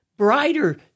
Brighter